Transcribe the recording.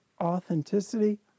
authenticity